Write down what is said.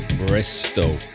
bristol